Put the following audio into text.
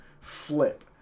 flip